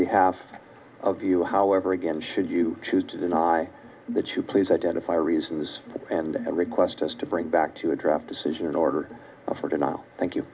behalf of you however again should you choose to deny that you please identify reasons and request us to bring back to a draft decision in order to not thank you